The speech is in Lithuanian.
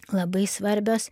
labai svarbios